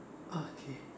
okay